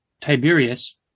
Tiberius